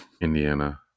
Indiana